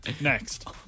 next